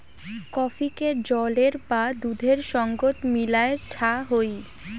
কফিকে জলের বা দুধের সঙ্গত মিলায় ছা হই